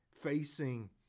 Facing